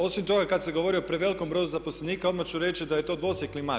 Osim toga kad se govori o prevelikom broju zaposlenika odmah ću reći da je to dvosjekli mač.